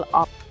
up